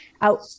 out